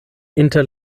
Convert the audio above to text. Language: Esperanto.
inter